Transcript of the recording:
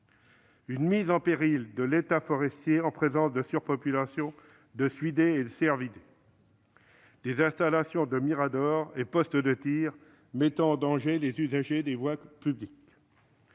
une mise en péril de l'état forestier en présence de surpopulation de suidés et cervidés ; enfin, des installations de miradors et postes de tir mettant en danger les usagers des voies publiques.